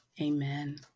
Amen